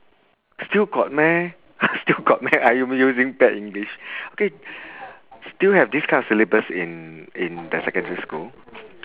still got meh still got meh I'm using bad english okay still have this kind of syllabus in in the secondary school